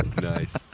Nice